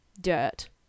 dirt